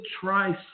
try